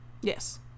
Yes